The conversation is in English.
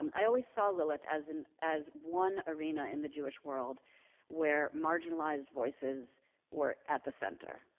i always saw lilith as an as one arena in the jewish world where marginalized voices were at the center.